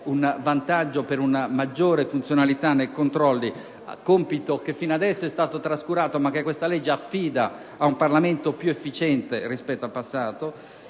un vantaggio per una maggiore funzionalità nei controlli, compito che finora è stato trascurato, ma che questa legge affida ad un Parlamento più efficiente rispetto al passato.